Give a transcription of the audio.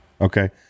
Okay